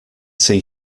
see